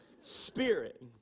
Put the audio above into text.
spirit